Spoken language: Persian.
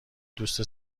دوست